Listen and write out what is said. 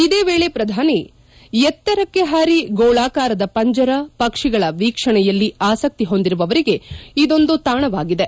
ಇದೇ ವೇಳೆ ಪ್ರಧಾನಿ ಎತ್ತರಕ್ಷೆ ಹಾರಿ ಗೋಳಾಕಾರದ ಪಂಜರ ಪಕ್ಷಿಗಳ ವೀಕ್ಷಣೆಯಲ್ಲಿ ಆಸಕ್ತಿ ಹೊಂದಿರುವವರಿಗೆ ಒಂದು ತಾಣವಾಗಿದೆ